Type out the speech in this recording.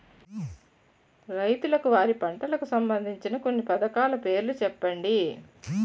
రైతులకు వారి పంటలకు సంబందించిన కొన్ని పథకాల పేర్లు చెప్పండి?